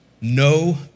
No